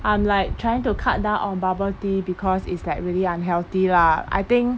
I'm trying to cut down on bubble tea because it's like really unhealthy lah I think